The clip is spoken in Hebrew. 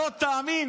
אל תבוא לדודי אמסלם.